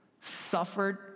suffered